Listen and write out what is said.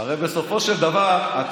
הרי בסופו של דבר, אפשר להשתתף בדו-שיח הזה?